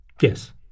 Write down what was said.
Yes